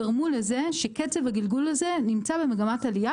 גרמו לכך שקצב הגלגול הזה נמצא במגמת עלייה,